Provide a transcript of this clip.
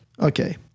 Okay